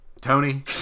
Tony